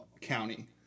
County